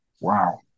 Wow